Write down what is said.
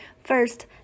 First